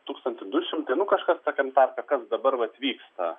tukstantį du šimtai nu kažkas tokiam tarpe kas dabar vat vyksta